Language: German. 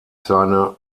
seine